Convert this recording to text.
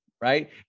right